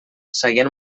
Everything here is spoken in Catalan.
seguien